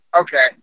okay